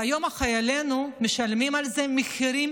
והיום, חיילינו משלמים על זה מחירים